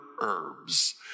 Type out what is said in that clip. herbs